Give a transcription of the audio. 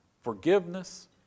forgiveness